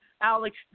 Alex